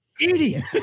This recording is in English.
idiot